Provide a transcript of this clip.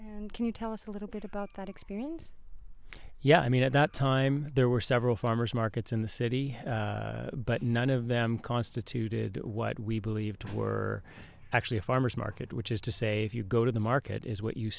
and can you tell us a little bit about that experience yeah i mean at that time there were several farmers markets in the city but none of them constituted what we believed were actually a farmer's market which is to say if you go to the market is what you